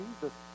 Jesus